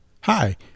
Hi